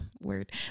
word